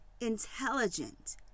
intelligent